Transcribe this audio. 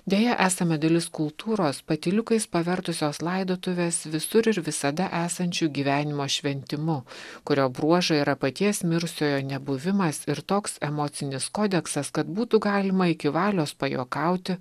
deja esame dalis kultūros patyliukais pavertusios laidotuves visur ir visada esančiu gyvenimo šventimu kurio bruožai yra paties mirusiojo nebuvimas ir toks emocinis kodeksas kad būtų galima iki valios pajuokauti